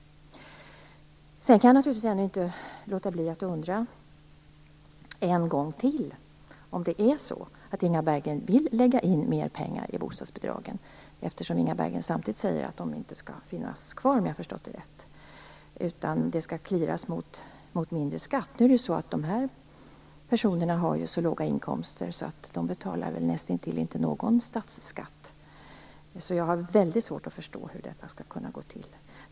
Sedan jag kan inte låta bli att fråga en gång till om Inga Berggren vill lägga in mer pengar i bostadsbidragen, eftersom Inga Berggren samtidigt säger att de inte skall finnas kvar, om jag förstår det rätt, utan i stället clearas mot mindre skatt. Nu har ju de här personerna så låga inkomster att de betalar nästintill ingen statsskatt. Så jag har väldigt svårt att förstå hur detta skall gå till.